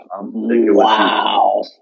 Wow